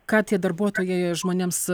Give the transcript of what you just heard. ką tie darbuotojai žmonėms